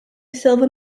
silver